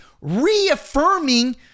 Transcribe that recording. reaffirming